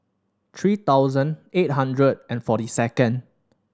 three thousand eight hundred and forty second